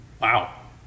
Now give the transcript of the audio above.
wow